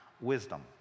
wisdom